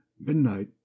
midnight